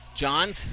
Johns